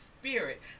spirit